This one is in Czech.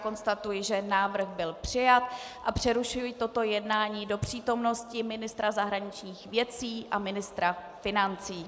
Konstatuji, že návrh byl přijat, a přerušuji toto jednání do přítomnosti ministra zahraničních věcí a ministra financí.